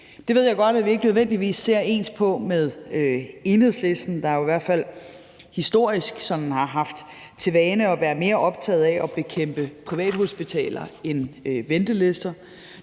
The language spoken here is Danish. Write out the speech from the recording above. Det ved jeg godt at vi ikke nødvendigvis ser på på samme måde som Enhedslisten, der i hvert fald historisk har haft for vane at være mere optaget af at bekæmpe privathospitaler end ventelister.